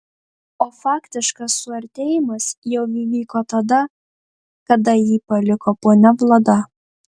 o faktiškas suartėjimas jau įvyko tada kada jį paliko ponia vlada